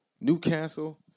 Newcastle